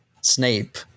Snape